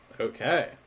Okay